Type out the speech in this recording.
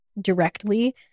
directly